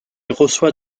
reçoit